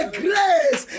grace